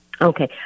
Okay